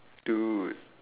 dude